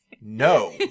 no